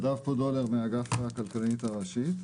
אני נדב פודולר, מאגף הכלכלנית הראשית.